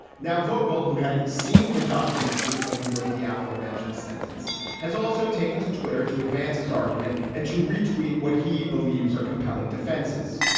now vogel who hadn't seen the documentary when he wrote the aforementioned sentence has also taken to twitter to advance his argument and to re tweet what he believes are compelling defenses.